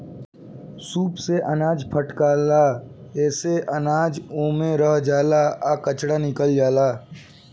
सूप से अनाज फटकाला एसे अनाज ओमे रह जाला आ कचरा निकल जाला